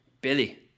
Billy